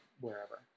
wherever